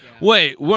Wait